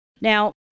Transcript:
Now